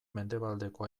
mendebaldeko